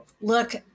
Look